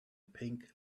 pink